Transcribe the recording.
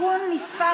(תיקון מס'